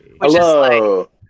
Hello